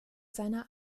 seiner